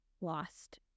lost